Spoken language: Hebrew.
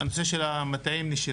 יש את כל הנושא של מטעים נשירים.